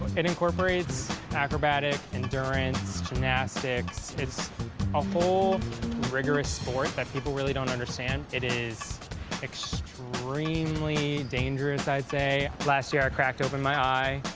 it incorporates acrobatic, endurance, gymnastics. it's a whole rigorous sport that people really don't understand. it is extremely dangerous, i'd say. last year i cracked open my eye.